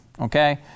okay